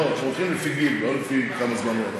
לא, הולכים לפי גיל ולא לפי כמה זמן הוא עבד.